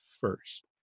first